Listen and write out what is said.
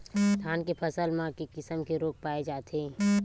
धान के फसल म के किसम के रोग पाय जाथे?